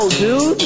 dude